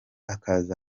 akaza